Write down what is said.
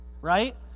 right